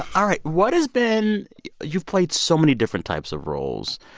all right. what has been you've played so many different types of roles.